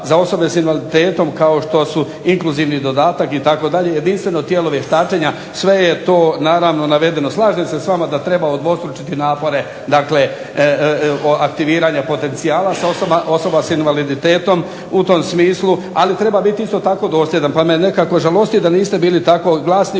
za osobe s invaliditetom kao što su inkluzivni dodatak itd., jedinstveno tijelo vještačenja, sve je to naravno navedeno. Slažem se s vama da treba udvostručiti napore aktiviranja potencijala osoba s invaliditetom u tom smislu, ali treba biti isto tako dosljedan. Pa me nekako žalosti da niste bili tako glasni